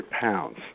pounds